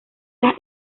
las